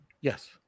Yes